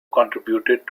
contributed